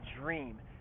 dream